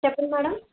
చెప్పండి మేడం